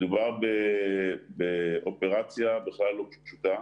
מדובר באופרציה בכלל לא פשוטה